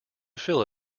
fill